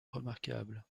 remarquable